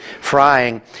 frying